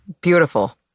beautiful